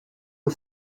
you